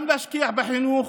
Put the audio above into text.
גם להשקיע בחינוך,